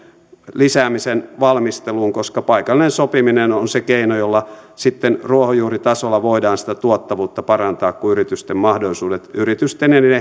lisäämisen valmisteluun koska paikallinen sopiminen on se keino jolla sitten ruohonjuuritasolla voidaan sitä tuottavuutta parantaa kun yritysten mahdollisuudet yritysten ja niiden